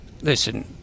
Listen